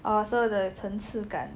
orh so the 层次感